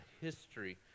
history